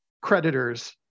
creditors